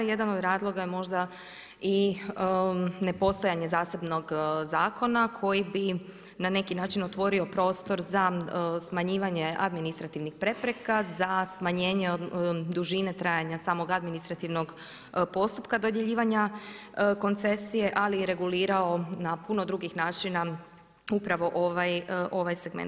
Jedan od razloga je možda i nepostojanje zasebnog zakona koji bi na neki način otvorio prostor za smanjivanje administrativnih prepreka za smanjenje dužine trajanja samog administrativnog postupka dodjeljivanja koncesije, ali je regulirao na puno drugih načina upravo ovaj segment.